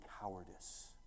cowardice